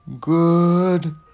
Good